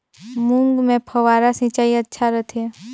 मूंग मे फव्वारा सिंचाई अच्छा रथे?